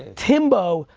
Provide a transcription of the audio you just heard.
timbo,